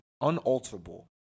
unalterable